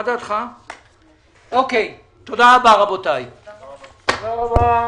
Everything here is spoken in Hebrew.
תודה רבה, הישיבה נעולה.